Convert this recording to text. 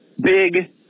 big